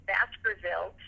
Baskerville